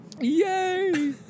Yay